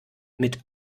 mit